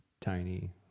tiny